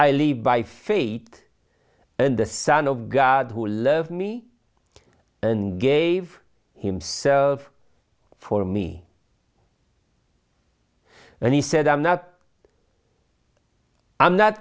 live by faith and the son of god who loves me and gave himself for me and he said i'm not i'm not